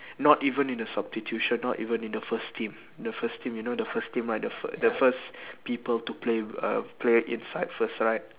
not even in the substitution not even in the first team the first team you know the first team right the fir~ the first people to play err play inside first right